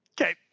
Okay